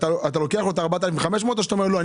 אתה לוקח לו את ה- 4,500 ₪ או שאתה אומר לא,